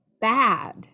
bad